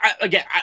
again